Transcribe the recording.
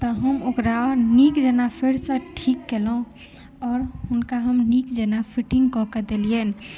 तऽ हम ओकरा नीक जेना फेरसँ ठीक केलहुँ आओर हुनका हम नीक जेना फिटिंग कऽ के देलियनि